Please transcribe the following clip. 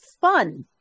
fun